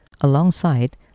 alongside